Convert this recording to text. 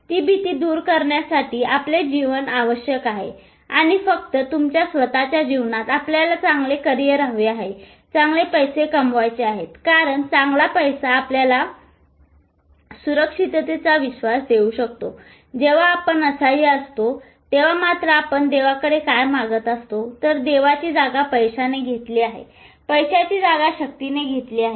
ती भीती दूर करण्यासाठी आपले जीवन आवश्यक आहे आणि फक्त तुमच्या स्वतःच्या जीवनात आपल्याला चांगले करिअर हवे आहे चांगले पैसे कमवायचे आहेत कारण चांगला पैसा आपल्याला सुरक्षिततेचा विश्वास देऊ शकतो जेव्हा आपण असहाय्य असता असतो तेंव्हा मात्र आपण देवाकडे काय मागत असतो तर देवाची जागा पैशाने घेतली आहे पैशाची जागा शक्तीने घेतली आहे